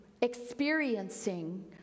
experiencing